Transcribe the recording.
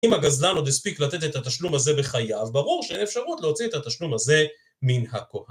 אם הגזלן עוד הספיק לתת את התשלום הזה בחייו, ברור שאין אפשרות להוציא את התשלום הזה מן הכוח.